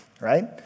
right